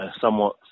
somewhat